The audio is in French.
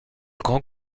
grand